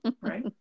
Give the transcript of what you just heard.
Right